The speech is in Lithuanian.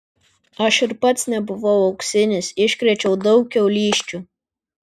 aš ir pats nebuvau auksinis iškrėčiau daug kiaulysčių